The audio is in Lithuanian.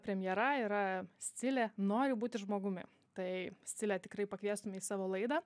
premjera yra scilė noriu būti žmogumi tai scile tikrai pakviestum į savo laidą